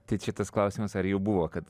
tai čia tas klausimas ar jau buvo kad